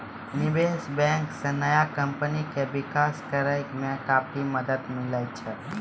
निबेश बेंक से नया कमपनी के बिकास करेय मे काफी मदद मिले छै